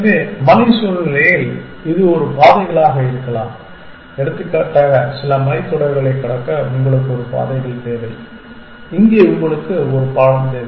எனவே மலை சூழ்நிலையில் இது ஒரு பாதைகளாக இருக்கலாம் எடுத்துக்காட்டாக சில மலைத்தொடர்களைக் கடக்க உங்களுக்கு ஒரு பாதைகள் தேவை இங்கே உங்களுக்கு ஒரு பாலம் தேவை